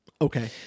Okay